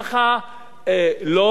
לא, אסור.